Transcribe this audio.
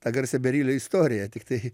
tą garsią berilio istoriją tiktai